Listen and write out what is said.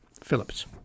Phillips